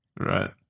Right